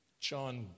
John